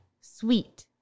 sweet